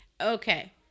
Okay